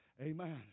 Amen